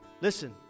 Listen